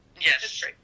Yes